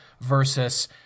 versus